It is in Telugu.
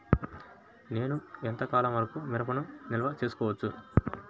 నేను ఎంత కాలం వరకు మిరపను నిల్వ చేసుకోవచ్చు?